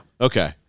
Okay